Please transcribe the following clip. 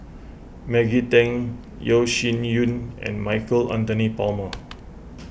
Maggie Teng Yeo Shih Yun and Michael Anthony Palmer